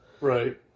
Right